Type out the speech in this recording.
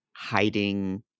hiding